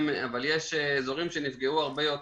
יש תחומים שנפגעו.